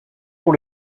pour